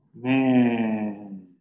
Man